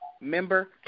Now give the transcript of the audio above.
Member